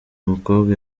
mukobwa